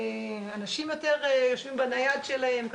אנשים יותר יושבים בנייד שלהם,